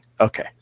okay